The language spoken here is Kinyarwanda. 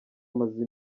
amaze